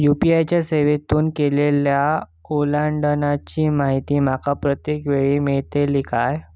UPI च्या सेवेतून केलेल्या ओलांडाळीची माहिती माका प्रत्येक वेळेस मेलतळी काय?